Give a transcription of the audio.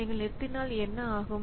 நீங்கள் நிறுத்தினால் என்ன ஆகும்